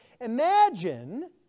imagine